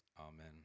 Amen